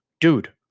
dude